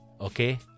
okay